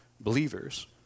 believers